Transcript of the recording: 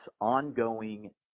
ongoing